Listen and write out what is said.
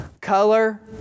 color